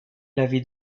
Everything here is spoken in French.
l’avis